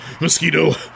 Mosquito